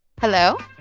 hello?